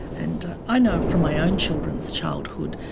and i know from my own children's childhood,